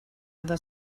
other